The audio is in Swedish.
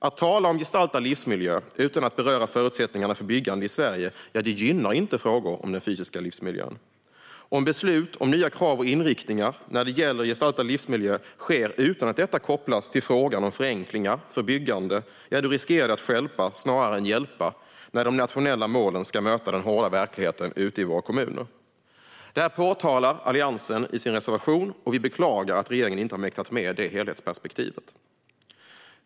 Att tala om gestaltad livsmiljö utan att beröra förutsättningarna för byggande i Sverige gynnar inte frågan om den fysiska livsmiljön. Om beslut om nya krav och inriktningar när det gäller gestaltad livsmiljö sker utan att detta kopplas till frågan om förenklingar för byggande riskerar det att stjälpa snarare än hjälpa när de nationella målen ska möta den hårda verkligheten ute i våra kommuner. Detta påpekar Alliansen i sin reservation, och vi beklagar att regeringen inte har mäktat med det helhetsperspektivet.